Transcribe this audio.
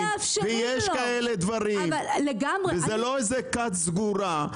ויש כאלה דברים וזאת לא כת סגורה.